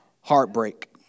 heartbreak